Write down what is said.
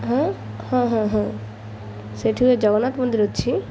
ହଁ ହଁ ହଁ ହଁ ସେଠି ଜଗନ୍ନାଥ ମନ୍ଦିର ଅଛି